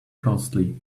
costly